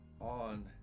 On